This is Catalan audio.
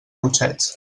cotxets